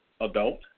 adult